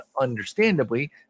understandably